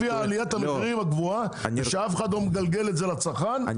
לפי עליית המחירים הגבוהה ושאף אחד לא מגלגל את זה אל הצרכן,